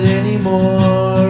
anymore